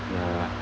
ya